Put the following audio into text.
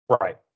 Right